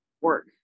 work